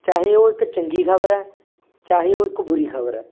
ਚਾਹੇ ਉਹ ਇੱਕ ਚੰਗੀ ਖ਼ਬਰ ਹੈ ਚਾਹੇ ਉਹ ਇੱਕ ਬੁਰੀ ਖ਼ਬਰ ਹੈ